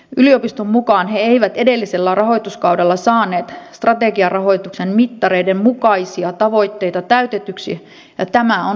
yliopiston mukaan he eivät edellisellä rahoituskaudella saaneet strategiarahoituksen mittareiden mukaisia tavoitteita täytetyiksi ja tämä on syynä päätökseen